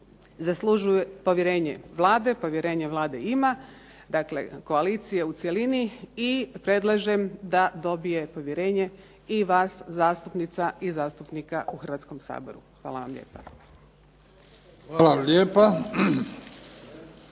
zaslužuje povjerenje Vlade. Povjerenje Vlade ima, dakle koalicije u cjelini. I predlažem da dobije povjerenje i vas zastupnica i zastupnika u Hrvatskom saboru. Hvala vam lijepa. **Bebić, Luka